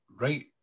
right